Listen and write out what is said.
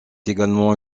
également